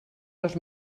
dos